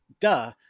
duh